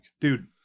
Dude